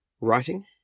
Writing